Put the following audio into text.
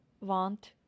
want